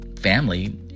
family